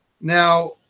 Now